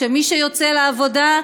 שמי שיוצא לעבודה,